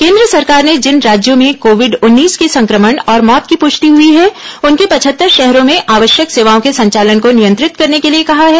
केन्द्र सरकार ने जिन राज्यों में कोविड उन्नीस के संक्रमण और मौत की पृष्टि हई है उनके पचहत्तर शहरों में आवश्यक सेवाओं के संचालन को नियंत्रित करने के लिए कहा है